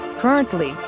currently,